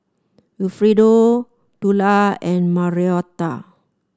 Wilfredo Tula and Marietta